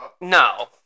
No